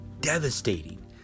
devastating